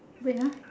wait ah